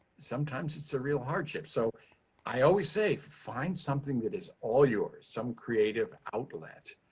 sometimes it's a real hardship. so i always say, find something that is all yours, some creative outlet,